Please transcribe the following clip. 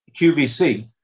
QVC